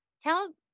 tell